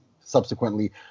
subsequently